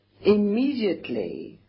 immediately